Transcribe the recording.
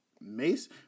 Mace